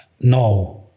No